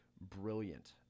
brilliant